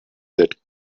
that